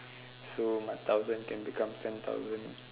so my thousand can become ten thousand